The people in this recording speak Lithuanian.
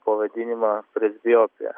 pavadinimą presbiopija